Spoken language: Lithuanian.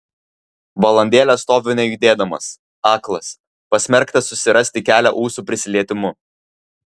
valandėlę stoviu nejudėdamas aklas pasmerktas susirasti kelią ūsų prisilietimu